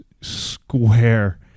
square